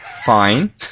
Fine